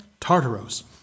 Tartaros